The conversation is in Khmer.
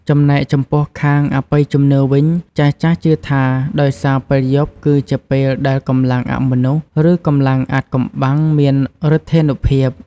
ចំណែកចំពោះខាងអបិយជំនឿវិញ ចាស់ៗជឿថាដោយសារពេលយប់គឺជាពេលដែលកម្លាំងអមនុស្ស ឬកម្លាំងអាថ៌កំបាំងមានឬទ្ធានុភាព។